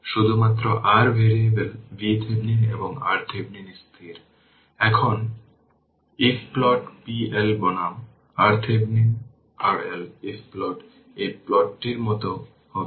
সুতরাং সেই সামান্য আগে আমাদের সিঙ্গুলারিটি ফাঙ্কশন সম্পর্কে শিখতে হবে